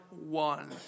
one